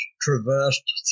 traversed